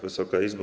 Wysoka Izbo!